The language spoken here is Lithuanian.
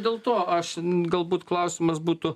dėl to aš galbūt klausimas būtų